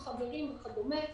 הם חברים וכדומה.